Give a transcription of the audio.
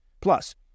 Plus